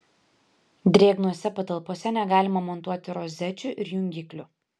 drėgnose patalpose negalima montuoti rozečių ir jungiklių